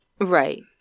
right